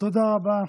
תודה רבה,